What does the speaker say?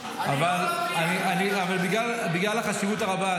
אני לא נביא --- אבל בגלל החשיבות הרבה,